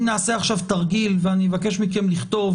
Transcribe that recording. אם נעשה עכשיו תרגיל ואני אבקש מכם לכתוב